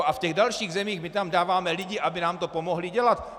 A v těch dalších zemích, my tam dáváme lidi, aby nám to pomohli dělat.